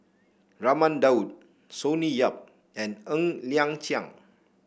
Raman Daud Sonny Yap and Ng Liang Chiang